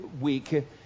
week